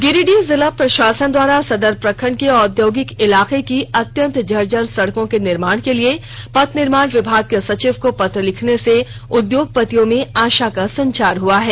गिरिडीह जिला प्रशासन द्वारा सदर प्रखंड के औद्योगिक इलाके की अत्यंत जर्जर सड़कों के निर्माण के लिए पथ निर्माण विभाग के सचिव को पत्र लिखने से उद्योगपतियों में आशा का संचार हुआ है